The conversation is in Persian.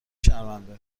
شرمنده